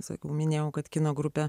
sakau minėjau kad kino grupę